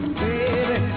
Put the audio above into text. baby